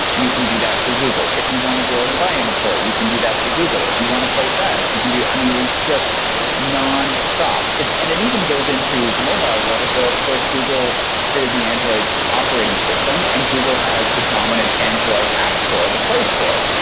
you can do that through google. if you want to go out and buy inventory, you can do that through google. if you want a place ads, you can do i mean, it's just nonstop, and it even goes into the mobile world where of course google created the android operating system and google has the dominant android app store, the play store.